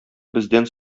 бездән